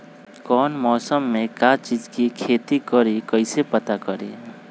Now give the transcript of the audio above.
कौन मौसम में का चीज़ के खेती करी कईसे पता करी?